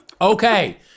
Okay